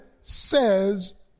says